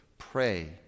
Pray